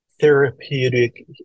therapeutic